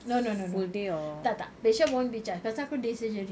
no no no no tak tak patient won't be charged pasal tu day surgery